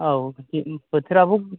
औ बोथोराबो